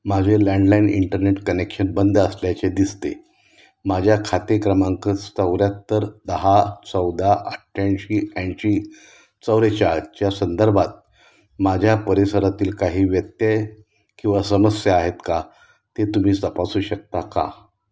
माझे landline internet connection बंद असल्याचे दिसते माझ्या खाते क्रमांक चौऱ्याहत्तर दहा चौदा अठ्ठ्याऐंशी ऐंशी चव्वेचाळीसच्या संदर्भात माझ्या परिसरातील काही व्यत्यय किंवा समस्या आहेत का ते तुम्ही तपासू शकता का